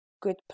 good